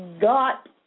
got